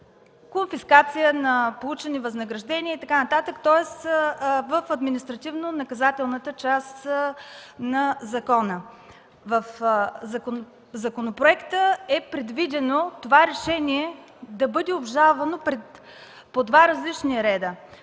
конфискация на получени възнаграждения и така нататък, тоест в административно-наказателната част на закона. В законопроекта е предвидено това решение да бъде обжалвано по два различни реда.